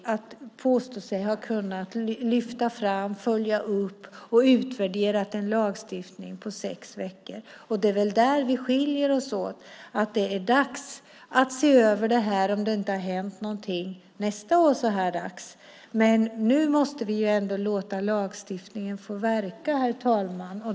Man påstår sig ha kunnat lyfta fram, följa upp och utvärdera en lagstiftning på sex veckor. Det är väl där vi skiljer oss åt. Om det inte har hänt någonting är det dags att se över det här nästa år så här dags. Men nu måste vi ändå låta lagstiftningen få verka, herr talman.